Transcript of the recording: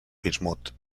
bismut